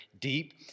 deep